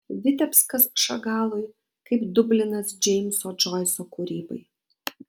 vitebskas šagalui kaip dublinas džeimso džoiso kūrybai